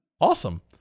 Awesome